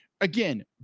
again